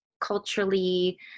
culturally